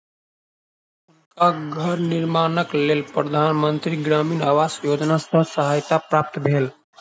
हुनका घर निर्माणक लेल प्रधान मंत्री ग्रामीण आवास योजना सॅ सहायता प्राप्त भेल